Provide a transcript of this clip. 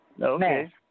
Okay